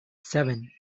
seven